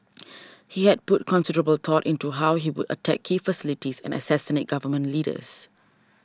he had put considerable thought into how he would attack key facilities and assassinate Government Leaders